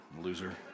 loser